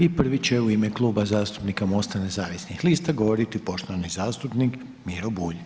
I prvi će u ime Klub zastupnika MOST-a Nezavisnih lista govoriti poštovani zastupnik Miro Bulj.